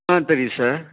ஆ தெரியும் சார்